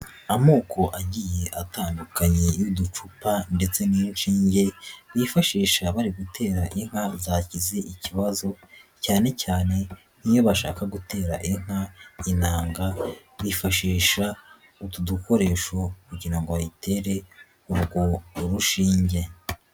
Amoko agiye atandukanye y'udupfupa ndetse n'inshinge bifashisha bari gutera inka zagize ikibazo, cyane cyane iyo bashaka gutera inka inanga bifashisha utu dukoresho kugira ngo ba yitere urwo rushinge.